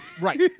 right